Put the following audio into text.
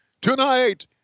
Tonight